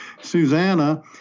Susanna